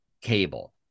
cable